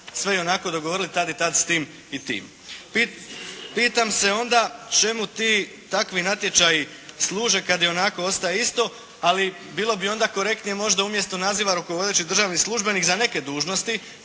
sve ionako dogovorili tada i tada, sa tim i tim. Pitam se onda, čemu ti, takvi natječaji služe kada i onako ostaje isto. Ali bilo bi onda korektnije možda umjesto naziva rukovodećih državnih službenik za neke dužnosti